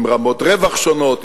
עם רמות רווח שונות,